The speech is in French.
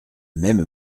même